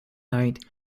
night